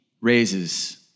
raises